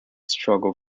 struggle